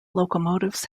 locomotives